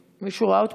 מישהו ראה אותו?